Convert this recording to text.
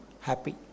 happy